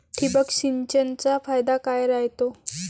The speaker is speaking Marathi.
ठिबक सिंचनचा फायदा काय राह्यतो?